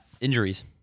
Injuries